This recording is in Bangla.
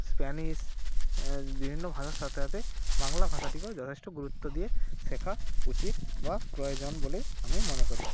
স্প্যানিশ বিভিন্ন ভাষার সাথে সাথে বাংলা ভাষাটিকেও যথেষ্ট গুরুত্ব দিয়ে শেখা উচিত বা প্রয়োজন বলেই আমি মনে করি